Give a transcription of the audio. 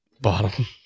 bottom